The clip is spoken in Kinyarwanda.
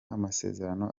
amasezerano